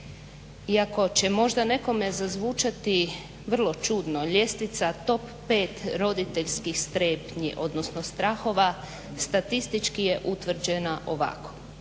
Iako će možda nekome zazvučati vrlo čudno, ljestvica top pet roditeljskih strepnji odnosno strahova statistički je utvrđena ovako: